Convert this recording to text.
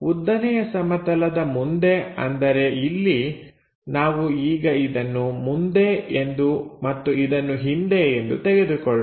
ಉದ್ದನೆಯ ಸಮತಲದ ಮುಂದೆ ಅಂದರೆ ಇಲ್ಲಿ ನಾವು ಈಗ ಇದನ್ನು ಮುಂದೆ ಎಂದು ಮತ್ತು ಇದನ್ನು ಹಿಂದೆ ಎಂದುಕೊಳ್ಳೋಣ